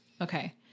Okay